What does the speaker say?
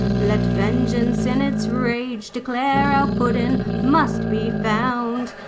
let vengeance in its rage declare our puddin' must be found.